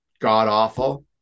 god-awful